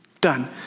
done